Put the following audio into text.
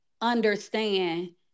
understand